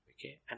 Okay